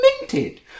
minted